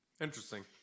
Interesting